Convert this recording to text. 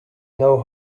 know